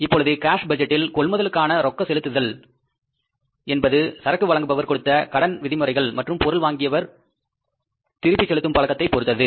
இப்பொழுது கேஷ் பட்ஜெட்டில் கொள்முதலுக்கான ரெக்க செலுத்துதல் என்பது சரக்கு வழங்குபவர் கொடுத்த கடன் விதிமுறைகள் மற்றும் பொருள் வாங்கியவரின் திருப்பி செலுத்தும் பழக்கத்தை பொருத்தது